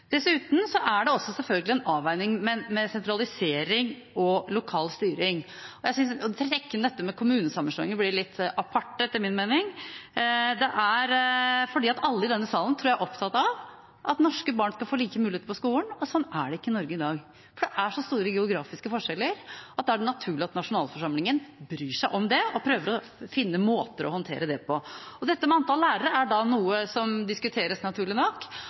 Dessuten er det selvfølgelig en avveining mellom sentralisering og lokal styring. Å trekke inn kommunesammenslåing blir litt aparte, etter min mening. Jeg tror alle i denne salen er opptatt av at norske barn skal få like muligheter på skolen, og sånn er det ikke i Norge i dag. Det er så store geografiske forskjeller, og da er det naturlig at nasjonalforsamlingen bryr seg om det og prøver å finne måter å håndtere det på. Da er antallet lærere noe som naturlig nok